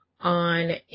on